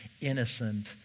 innocent